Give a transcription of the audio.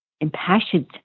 impassioned